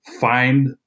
Find